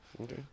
Okay